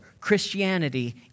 Christianity